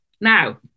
Now